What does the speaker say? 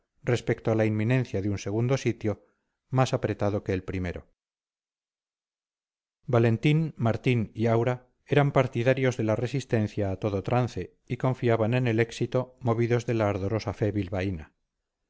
respecto a la inminencia de un segundo sitio más apretado que el primero valentín martín y aura eran partidarios de la resistencia a todo trance y confiaban en el éxito movidos de la ardorosa fe bilbaína